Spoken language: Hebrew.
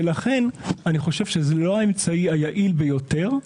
ולכן אני חושב שזה לא האמצעי היעיל ביותר,